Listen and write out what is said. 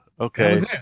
Okay